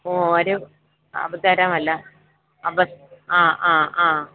ഓ ഒരു അവതാരമല്ല അപ ആ ആ ആ